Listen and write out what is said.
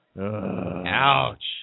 Ouch